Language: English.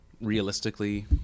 realistically